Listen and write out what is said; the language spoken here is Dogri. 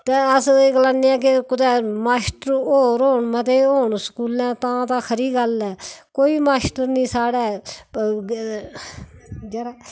ते अस एह् गलान्ने आं कि कुतै मास्टर होर होन मते होन स्कूलें तां तां खरी गल्ल ऐ कोई मास्टर निं साढ़ै